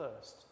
first